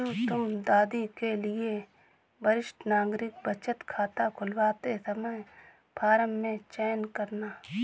राजू तुम दादी के लिए वरिष्ठ नागरिक बचत खाता खुलवाते समय फॉर्म में चयन करना